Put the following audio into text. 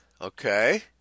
Okay